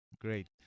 Great